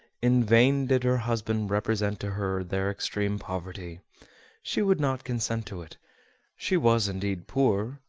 in vain did her husband represent to her their extreme poverty she would not consent to it she was indeed poor,